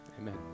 amen